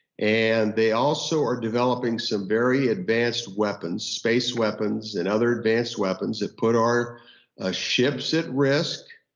and they also are developing some very advanced weapons, space weapons and other advanced weapons that put our ah ships at risk,